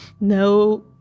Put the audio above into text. no